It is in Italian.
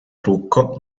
trucco